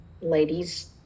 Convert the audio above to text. ladies